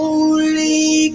Holy